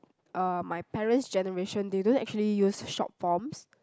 uh my parent's generation they don't actually use short forms